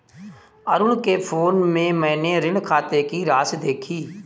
अरुण के फोन में मैने ऋण खाते की राशि देखी